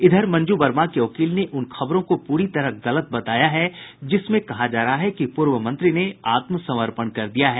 इधर मंजू वर्मा के वकील ने उन खबरों को पूरी तरह गलत बताया है जिसमें कहा जा रहा है कि पूर्व मंत्री ने आत्मसमर्पण कर दिया है